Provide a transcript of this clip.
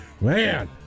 Man